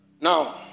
Now